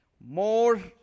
more